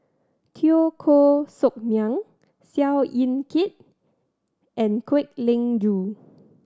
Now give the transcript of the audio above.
Teo Koh Sock Miang Seow Yit Kin and Kwek Leng Joo